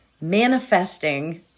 manifesting